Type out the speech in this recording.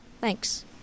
Thanks